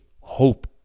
hope